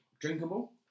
drinkable